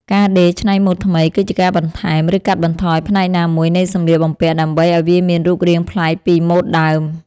ការដេរច្នៃម៉ូដថ្មី គឺជាការបន្ថែម ឬកាត់បន្ថយផ្នែកណាមួយនៃសម្លៀកបំពាក់ ដើម្បីឱ្យវាមានរូបរាងប្លែកពីម៉ូដដើម។